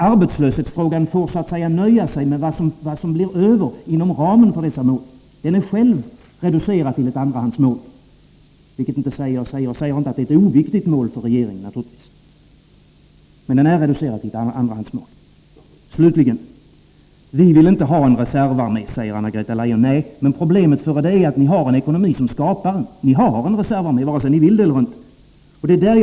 Arbetslöshetsfrågan får så att säga nöja sig med vad som blir över inom ramen för dessa mål. Den är själv reducerad till ett andrahandsmål; därmed säger jag naturligtvis inte att den är oviktig för regeringen. Vi vill inte ha en reservarmé, säger Anna-Greta Leijon. Nej, men problemet är att ni har en ekonomi som skapar en reservarmé vare sig ni vill eller inte.